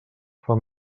fan